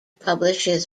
publishes